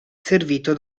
servito